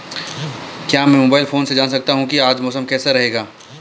क्या मैं mobile phone से जान सकता हूँ कि आज मौसम कैसा रहेगा?